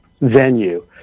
venue